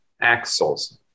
axles